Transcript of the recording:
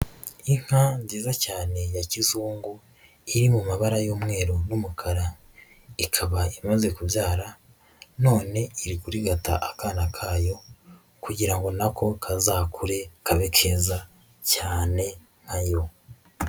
Inka nziza cyane ya kizungu iri mu mabara y'umweru n'umukara, ikaba imaze kubyara, none iri kurigata akana kayo kugira na ko kazakure kabe keza cyane nka yo.